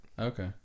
Okay